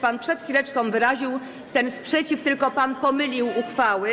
Pan przed chwileczką wyraził ten sprzeciw, tylko pan pomylił uchwały.